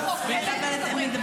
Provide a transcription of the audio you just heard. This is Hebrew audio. אל תגידי לי לא נכון.